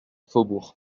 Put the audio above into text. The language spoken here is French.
faubourg